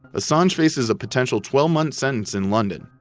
assange faces a potential twelve month sentence in london,